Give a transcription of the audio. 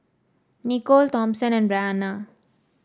Nicole Thompson and Brianna